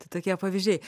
tai tokie pavyzdžiai